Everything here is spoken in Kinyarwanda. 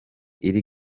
iri